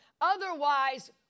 Otherwise